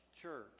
church